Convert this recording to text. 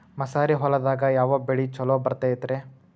ಮಸಾರಿ ಹೊಲದಾಗ ಯಾವ ಬೆಳಿ ಛಲೋ ಬರತೈತ್ರೇ?